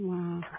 Wow